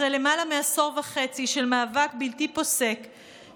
אחרי למעלה מעשור וחצי של מאבק בלתי פוסק,